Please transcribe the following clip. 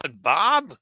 Bob